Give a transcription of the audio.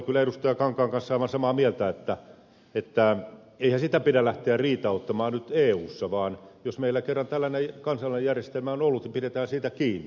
kankaan kanssa aivan samaa mieltä että eihän sitä pidä nyt lähteä riitauttamaan eussa vaan jos meillä kerran tällainen kansallinen järjestelmä on ollut niin pidetään siitä kiinni